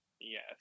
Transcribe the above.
yes